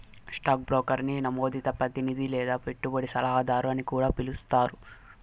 stock బ్రోకర్ని నమోదిత ప్రతినిది లేదా పెట్టుబడి సలహాదారు అని కూడా పిలిస్తారు